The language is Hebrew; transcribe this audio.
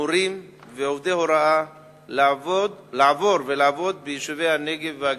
מורים ועובדי הוראה לעבור ולעבוד ביישובי הנגב והגליל,